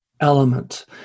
element